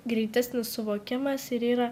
greitesnis suvokimas ir yra